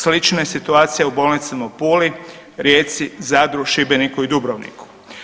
Slična je situacija u bolnicama u Puli, Rijeci, Zadru, Šibeniku i Dubrovniku.